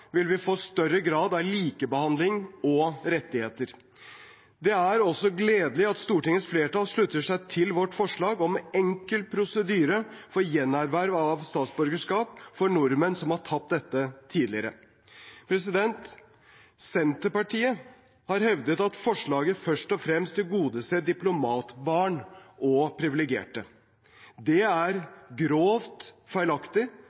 vil vi få en større grad av likebehandling og rettferdighet. Det er også gledelig at Stortingets flertall slutter seg til vårt forslag om en enkel prosedyre for gjenerverv av statsborgerskap for nordmenn som har tapt dette tidligere. Senterpartiet har hevdet at forslaget først og fremst tilgodeser diplomatbarn og privilegerte. Det er en grovt feilaktig